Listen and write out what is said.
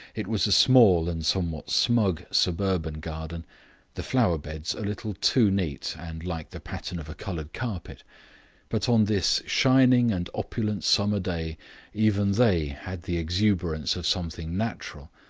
it was a small and somewhat smug suburban garden the flower beds a little too neat and like the pattern of a coloured carpet but on this shining and opulent summer day even they had the exuberance of something natural,